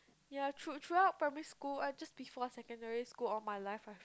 ya through through out primary school ah just before secondary school of my life I've